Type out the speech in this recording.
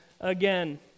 again